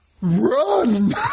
run